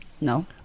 no